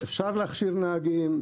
אפשר להכשיר נהגים,